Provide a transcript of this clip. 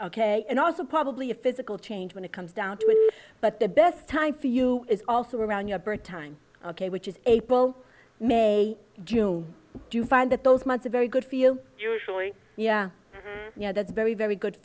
ok and also probably a physical change when it comes down to it but the best time for you is also around your birth time ok which is april may june do find that those months a very good feel usually you know that's very very good